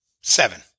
Seven